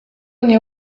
nie